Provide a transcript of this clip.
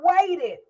waited